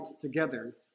together